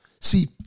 See